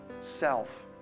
self